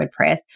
WordPress